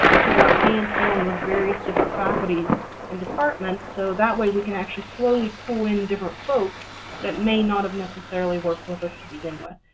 to work hands-on with various different faculties and departments, so that way, we can actually slowly pull in different folks that may not have necessarily worked with us to begin with.